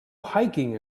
hiking